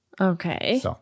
Okay